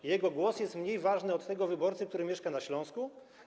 Czy jego głos jest mniej ważny od głosu tego wyborcy, który mieszka na Śląsku?